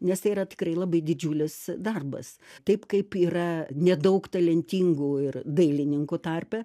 nes tai yra tikrai labai didžiulis darbas taip kaip yra nedaug talentingų ir dailininkų tarpe